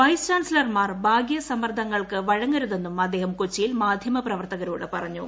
vice ചാൻസലർമാർ ബാഹ്യസമ്മർദ്ദങ്ങൾക്ക് വഴങ്ങരുതെന്നും അദ്ദേഹം കൊച്ചിയിൽ മാധ്യമപ്രവർത്തകരോട് പറഞ്ഞു